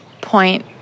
point